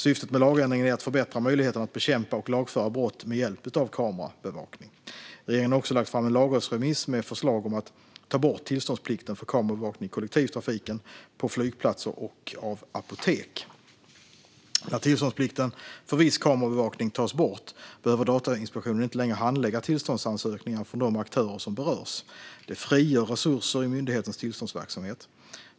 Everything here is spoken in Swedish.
Syftet med lagändringen är att förbättra möjligheten att bekämpa och lagföra brott med hjälp av kamerabevakning. Regeringen har också lagt fram en lagrådsremiss med förslag om att ta bort tillståndsplikten för kamerabevakning i kollektivtrafiken, på flygplatser och av apotek. När tillståndsplikten för viss kamerabevakning tas bort behöver Datainspektionen inte längre handlägga tillståndsansökningar från de aktörer som berörs. Det frigör resurser i myndighetens tillståndsverksamhet.